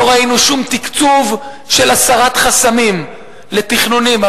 לא ראינו שום תקצוב של הסרת חסמים לתכנונים.